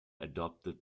adopted